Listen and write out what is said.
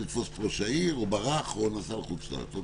לתפוס את ראש העיר או ברח או נסע לחוץ לארץ.